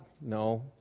No